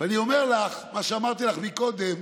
ואני אומר לך את מה שאמרתי לך קודם: